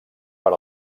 per